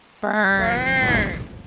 Burn